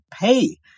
pay